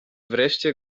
wreszcie